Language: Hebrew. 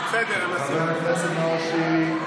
חבר הכנסת נאור שירי,